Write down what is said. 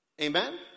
amen